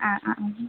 ആ ആ